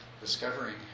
discovering